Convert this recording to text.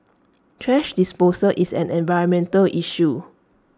thrash disposal is an environmental issue